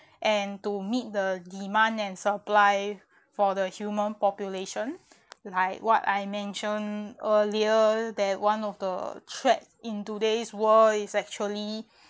and to meet the demand and supply for the human population like what I mentioned earlier that one of the threat in today's world is actually